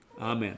Amen